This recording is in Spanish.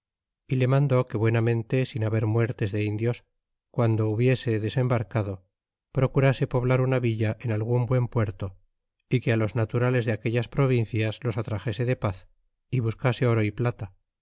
y le mandó que buenamente sin haber muertes de indios guando hubiese desembarcado procurase poblar una villa en algun buen puerto é que los naturales de aquellas provincias los atraxese de paz y buscase oro y plata